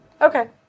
Okay